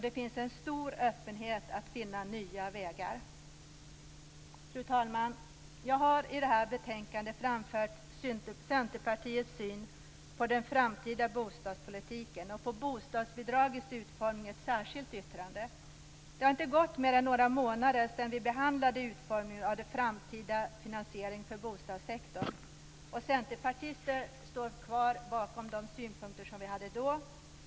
Det finns en stor öppenhet inför att finna nya vägar. Fru talman! Jag har i detta betänkande framfört Centerpartiets syn på den framtida bostadspolitiken och på bostadsbidragets utformning i ett särskilt yttrande. Det har inte gått mer än några månader sedan vi behandlade utformningen av den framtida finansieringen för bostadssektorn, och Centerpartiet står kvar bakom de synpunkter som vi hade då.